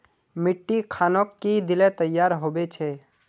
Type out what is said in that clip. मिट्टी खानोक की दिले तैयार होबे छै?